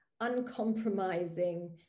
uncompromising